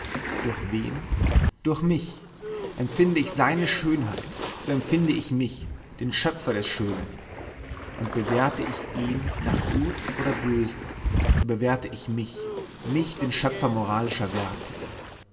durch wen durch mich empfinde ich seine schönheit so empfinde ich mich den schöpfer des schönen und bewerte ich ihn nach gut oder böse so bewerte ich mich mich den schöpfer moralischer werte